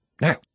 Now